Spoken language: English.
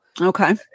Okay